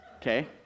okay